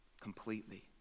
completely